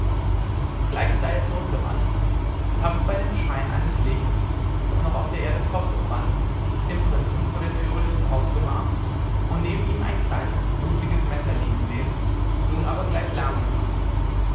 gleich sei er zurückgerannt und habe bei dem schein eines lichts das noch auf der erde fortgebrannt den prinzen vor der türe des brautgemachs und neben ihm ein kleines blutiges messer liegen gesehen nun aber gleich lärm gemacht